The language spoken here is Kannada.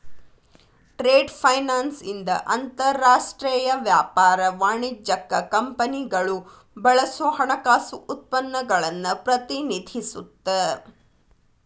ಟ್ರೇಡ್ ಫೈನಾನ್ಸ್ ಇಂದ ಅಂತರಾಷ್ಟ್ರೇಯ ವ್ಯಾಪಾರ ವಾಣಿಜ್ಯಕ್ಕ ಕಂಪನಿಗಳು ಬಳಸೋ ಹಣಕಾಸು ಉತ್ಪನ್ನಗಳನ್ನ ಪ್ರತಿನಿಧಿಸುತ್ತ